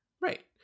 Right